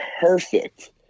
perfect